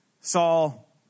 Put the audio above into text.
Saul